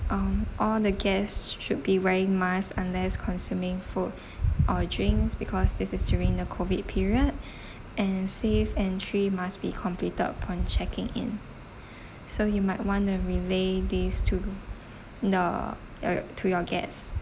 um all the guests should be wearing mask unless consuming food or drinks because this is during the COVID period and safe entry must be completed upon checking in so you might want to relay this to the your to your guests